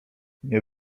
nie